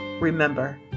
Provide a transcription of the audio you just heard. remember